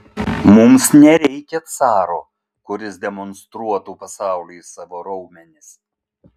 mums nereikia caro kuris demonstruotų pasauliui savo raumenis